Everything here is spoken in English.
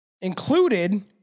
included